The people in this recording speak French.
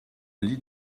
lit